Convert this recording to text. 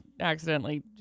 accidentally